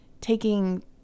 taking